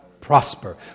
prosper